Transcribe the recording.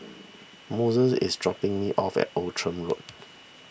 Moises is dropping me off at Outram Road